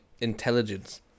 intelligence